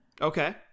Okay